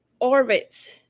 orbits